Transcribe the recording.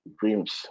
dreams